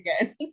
again